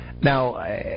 Now